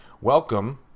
welcome